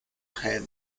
head